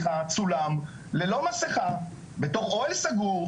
צולם ללא מסכה בתוך אוהל סגור,